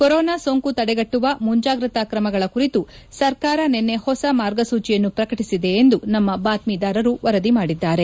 corona ಸೋಂಕು ತಡೆಗಟ್ಟುವ ಮುಂಜಾಗ್ರತ ಕ್ರಮಗಳ ಕುರಿತು ಸರ್ಕಾರ ನಿನ್ನೆ ಪೊಸ ಮಾರ್ಗಸೂಚಿಗಳನ್ನು ಪ್ರಕಟಿಸಿದೆ ಎಂದು ನಮ್ಮ ಬಾತ್ಮೀದಾರರು ವರದಿ ಮಾಡಿದ್ದಾರೆ